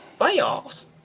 Playoffs